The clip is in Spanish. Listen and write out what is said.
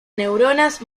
neuronas